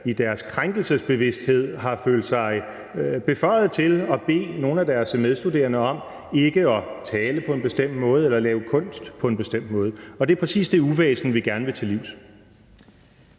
i deres krænkelsesbevidsthed har følt sig beføjet til at bede nogle af deres medstuderende om ikke at tale på en bestemt måde eller lave kunst på en bestemt måde. Det er præcis det uvæsen, vi gerne vil til livs.